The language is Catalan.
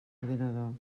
ordinador